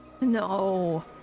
No